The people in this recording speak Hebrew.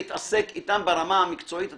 להתעסק איתם ברמה המקצועית הטכנולוגית,